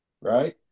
right